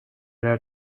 her